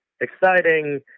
exciting